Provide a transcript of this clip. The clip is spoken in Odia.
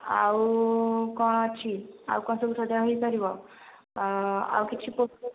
ଆଉ କ'ଣ ଅଛି ଆଉ କ'ଣ ସବୁ ସଜା ହୋଇପାରିବ ଆଉ କିଛି ପୋଷ୍ଟର